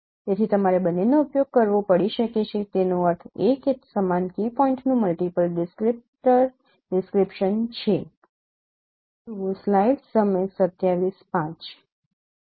તેથી તમારે બંનેનો ઉપયોગ કરવો પડી શકે છે તેનો અર્થ એ કે સમાન કી પોઇન્ટનું મલ્ટિપલ ડિસ્ક્રિપ્ટર ડિસ્ક્રિપ્શન છે